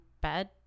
bed